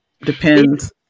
depends